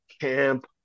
camp